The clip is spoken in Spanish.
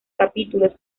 capítulos